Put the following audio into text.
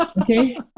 Okay